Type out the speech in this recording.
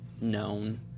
known